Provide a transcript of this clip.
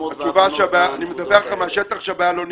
להסכמות --- אני מדווח לך מהשטח שהבעיה לא נפתרה.